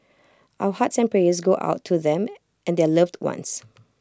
our hearts and prayers go out to them and their loved ones